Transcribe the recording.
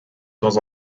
temps